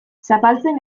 zapaltzen